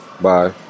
Bye